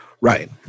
Right